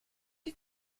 die